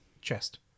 chest